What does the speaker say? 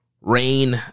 rain